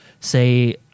say